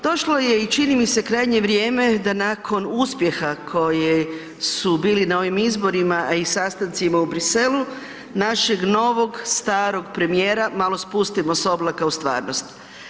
Došlo je i čini mi se krajnje vrijeme da nakon uspjeha koji su bili na ovim izborima, a i sastancima u Briselu našeg novog starog premijera malo spustimo s oblaka u stvarnost.